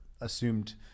assumed